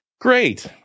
great